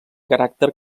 caràcter